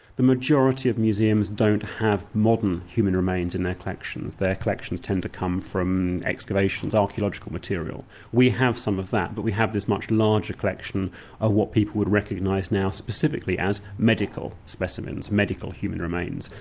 the majority of museums don't have modern human remains in their collections. their collections tend to come from excavations archaeological material. we have some of that, but we have this much larger collection of what people would recognise now specifically as medical specimens, medical human remains,